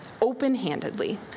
open-handedly